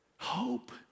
Hope